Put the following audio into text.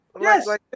Yes